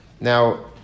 Now